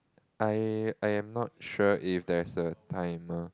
I I am not sure if there's a timer